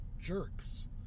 jerks